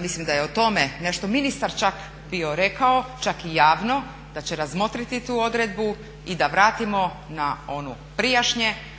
mislim da je o tome nešto ministar čak bio rekao čak i javno da će razmotriti tu odredbu i da vratimo na one prijašnje